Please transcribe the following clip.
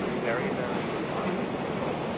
very, very consequential,